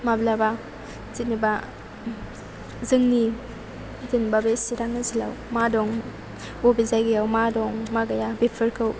माब्लाबा जेनेबा जोंनि जेनेबा बे चिरां जिल्लायाव मा दं बबे जायगायाव मा दं मा गैया बेफोरखौ